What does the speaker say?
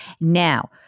Now